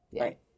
Right